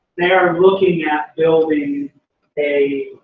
they're looking at building a.